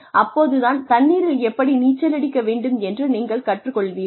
அப்போது தான் தண்ணீரில் எப்படி நீச்சலடிக்க வேண்டும் என்று நீங்கள் கற்றுக் கொள்வீர்கள்